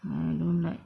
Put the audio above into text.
ah I don't like